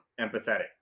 empathetic